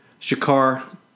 Shakar